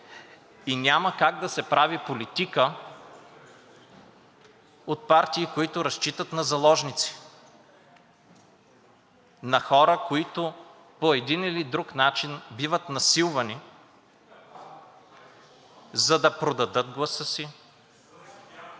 и няма как да се прави политика от партии, които разчитат на заложници, на хора, които по един или друг начин биват насилвани, за да продадат гласа си,